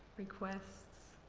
requests?